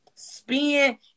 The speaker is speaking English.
spin